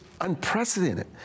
unprecedented